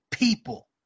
people